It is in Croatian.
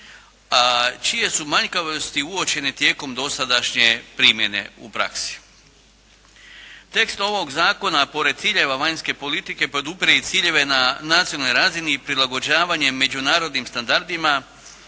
a čije su manjkavosti uočene tijekom dosadašnje primjene u praksi. Tekst ovog zakona pored ciljeva vanjske politike podupire i ciljeve na nacionalnoj razini i prilagođavanjem međunarodnim standardima